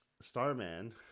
Starman